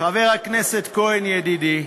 חבר הכנסת כהן, ידידי,